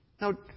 Now